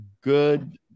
good